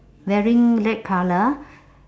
wearing red colour